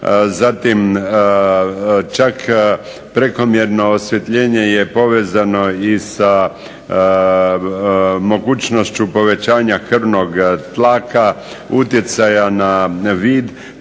zatim je prekomjerno osvjetljenje povezano i sa mogućnošću povećanja krvnog tlaka, utjecaja na vid,